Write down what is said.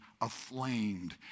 aflamed